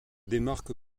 démarque